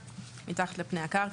מתחת לפני הקרקע,